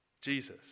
Jesus